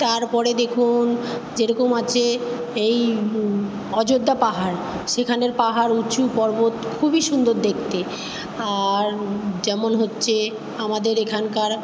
তারপরে দেখুন যে রকম আছে এই অযোধ্যা পাহাড় সেখানের পাহাড় উঁচু পর্বত খুবই সুন্দর দেখতে আর যেমন হচ্ছে আমাদের এখানকার